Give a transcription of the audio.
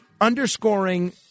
underscoring